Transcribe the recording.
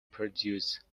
produce